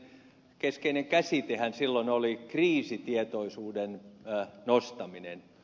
keskeinen käsitehän silloin oli kriisitietoisuuden nostaminen